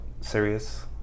serious